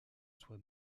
soit